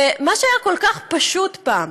ומה שהיה כל כך פשוט פעם,